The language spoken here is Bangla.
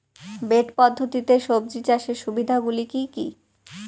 বেড পদ্ধতিতে সবজি চাষের সুবিধাগুলি কি কি?